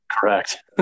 correct